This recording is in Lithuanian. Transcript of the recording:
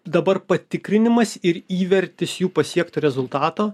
dabar patikrinimas ir įvertis jų pasiekto rezultato